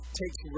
takes